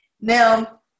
now